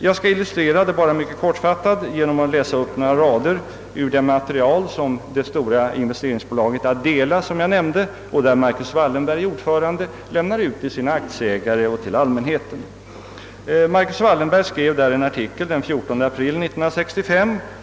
Jag skall illustrera detta mycket kortfattat genom att läsa upp några rader ur det material som det stora av mig tidigare nämnda investeringsbolaget ADELA, i vilket Marcus Wallenberg är ordförande, lämnar ut till sina aktieägare och till allmänheten. Marcus Wallenberg skrev där en artikel den 14 april 1965.